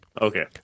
Okay